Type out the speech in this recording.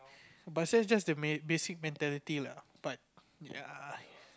but it says just the may basic mentally lah but ya